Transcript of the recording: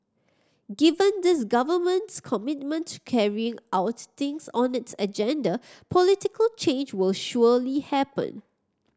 given this Government's commitment to carrying out things on its agenda political change will surely happen